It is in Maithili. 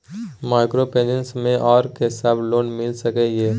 माइक्रोफाइनेंस मे आर की सब लोन मिल सके ये?